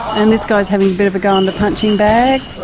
and this guy's having a bit of a go on the punching bag.